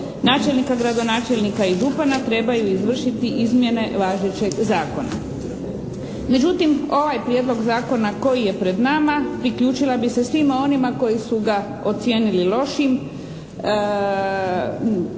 načelnika, gradonačelnika i župana trebaju izvršiti izmjene važećeg zakona. Međutim ovaj prijedlog zakona koji je pred nama priključila bih se svima onima koji su ga ocijenili lošim,